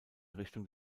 richtung